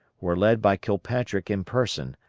were led by kilpatrick in person,